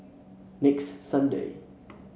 next Sunday